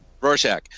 Rorschach